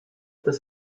das